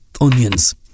onions